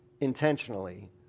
intentionally